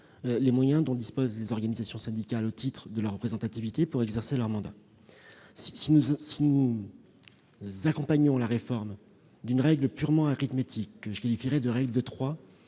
les moyens dont disposent les organisations syndicales au titre de leur représentativité pour exercer leur mandat. Si nous accompagnions la réforme d'une règle purement arithmétique, une règle de trois,